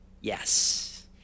Yes